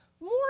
More